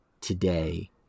today